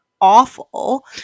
awful